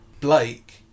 Blake